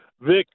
Vic